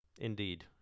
Indeed